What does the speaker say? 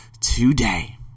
today